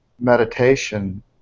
meditation